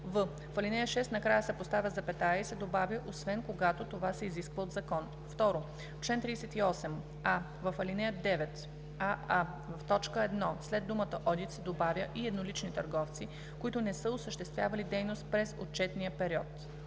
в ал. 6 накрая се поставя запетая и се добавя „освен когато това се изисква от закон“. 2. В чл. 38: а) в ал. 9: аа) в т. 1 след думата „одит“ се добавя „и еднолични търговци, които не са осъществявали дейност през отчетния период“;